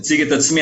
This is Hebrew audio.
תודה.